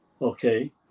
Okay